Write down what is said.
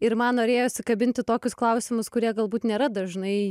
ir man norėjosi kabinti tokius klausimus kurie galbūt nėra dažnai